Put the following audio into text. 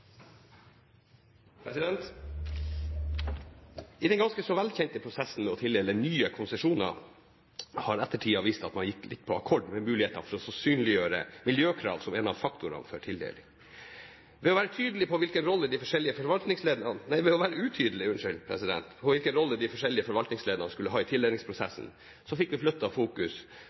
I den ganske så velkjente prosessen med å tildele nye konsesjoner, har ettertiden vist at man har gått litt på akkord med muligheten for å synliggjøre miljøkrav som en av faktorene for tildelingene. Ved å være utydelig på hvilken rolle de forskjellige forvaltningsleddene skulle ha i tildelingsprosessen, fikk vi flyttet fokus fra overordnede miljøkrav til en ankeprosess der det nå rår stor usikkerhet om hva slags kriterier som i